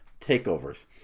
takeovers